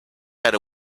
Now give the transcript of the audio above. had